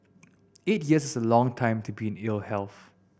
eight years is a long time to be in ill health